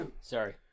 Sorry